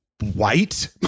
white